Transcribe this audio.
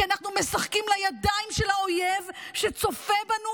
כי אנחנו משחקים לידיים של האויב, שצופה בנו